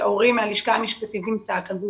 ואורי מהלשכה המשפטית נמצא כאן והוא